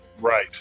Right